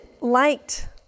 liked